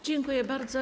Dziękuję bardzo.